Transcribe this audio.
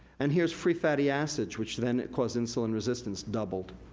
and here's free fatty acids, which then cause insulin resistance, doubled.